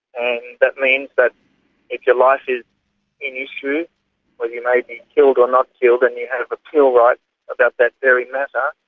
that means that if your life is in issue or you may be killed or not killed and you have appeal rights about that very matter,